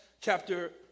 chapter